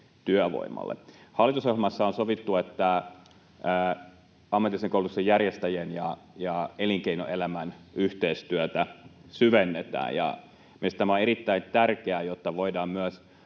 työvoimalle. Hallitusohjelmassa on sovittu, että ammatillisen koulutuksen järjestäjien ja elinkeinoelämän yhteistyötä syvennetään, ja mielestäni tämä on erittäin tärkeää, jotta voidaan myös